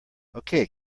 okay